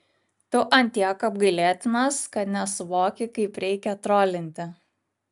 tu ant tiek apgailėtinas kad nesuvoki kaip reikia trolinti